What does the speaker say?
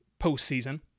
postseason